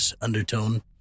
undertone